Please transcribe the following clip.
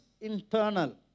internal